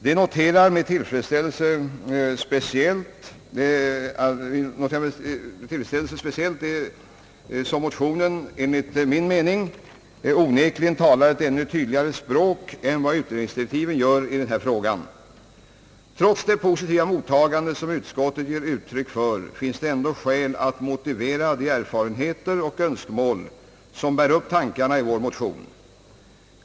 Det noterar vi med tillfredsställelse, speciellt som motionen enligt min mening onekligen talar ett ännu tydligare språk än vad utredningsdirektiven gör i denna fråga. Trots det positiva mottagande som utskottet ger uttryck för finns det ändå skäl att motivera de erfarenheter och önskemål som bär upp tankarna i vår motion.